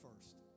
first